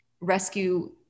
rescue